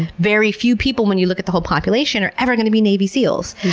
very few people, when you look at the whole population, are ever going to be navy seals.